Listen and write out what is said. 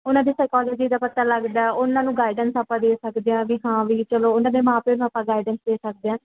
ਉਹਨਾਂ ਦੀ ਸਾਇਕੋਲੋਜੀ ਦਾ ਪਤਾ ਲੱਗਦਾ ਉਹਨਾਂ ਨੂੰ ਗਾਈਡੈਂਸ ਆਪਾਂ ਦੇ ਸਕਦੇ ਹਾਂ ਵੀ ਹਾਂ ਵੀ ਚਲੋ ਉਹਨਾਂ ਦੇ ਮਾਂ ਪਿਓ ਨੂੰ ਆਪਾਂ ਗਾਈਡੈਂਸ ਦੇ ਸਕਦੇ ਹਾਂ